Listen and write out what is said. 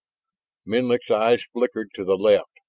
menlik's eyes flickered to the left,